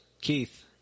Keith